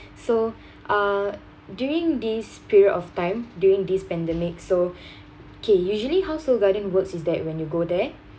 so uh during this period of time during this pandemic so K usually how Seoul Garden works is that when you go there